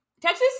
Texas